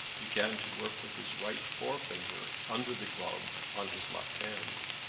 began to work with his right forefinger under the glove on his left hand.